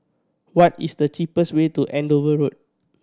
what is the cheapest way to Andover Road